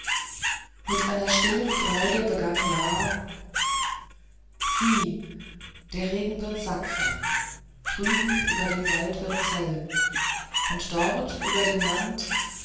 in einer stillen freude begann la sieh der regen wird sanfter drüben über dem wald wird's hell und dort über dem land